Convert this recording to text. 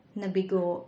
nabigo